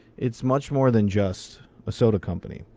it's much more than just a soda company.